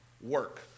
work